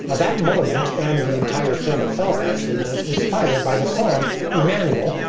ah that moment, and the entire film itself actually, was inspired by the song emmanuel,